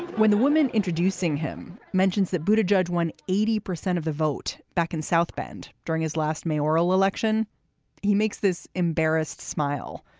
when the woman introducing him mentions that buddha judge won eighty percent of the vote back in south bend during his last mayoral election he makes this embarrassed smile.